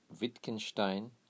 Wittgenstein